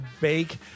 bake